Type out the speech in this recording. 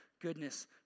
goodness